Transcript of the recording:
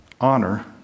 honor